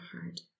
heart